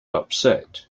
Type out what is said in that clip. upset